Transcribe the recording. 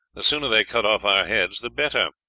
the sooner they cut off our heads the better.